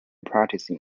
practicing